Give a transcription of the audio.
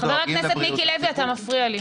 חבר הכנסת מיקי לוי, אתה מפריע לי.